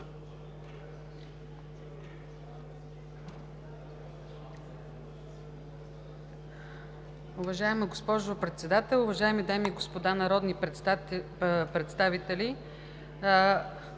уважаеми господин Председател. Уважаеми дами и господа народни представители,